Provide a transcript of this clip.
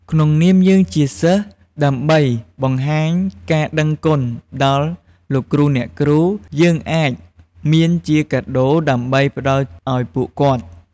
ក្នុងនាមយើងជាសិស្ស ដើម្បីបង្ហាញការដឹងគុណដល់លោកគ្រូ អ្នកគ្រូ យើងអាចមានជាកាដូរដើម្បីផ្តល់ឲ្យពួកគាត់។